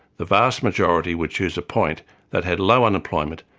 the vast majority would choose a point that had low unemployment,